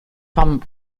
vom